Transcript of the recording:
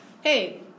Hey